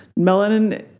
melanin